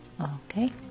Okay